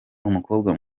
umukobwa